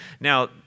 Now